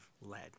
led